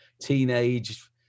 Teenage